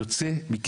המשמעות של זה,